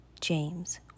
James